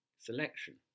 selection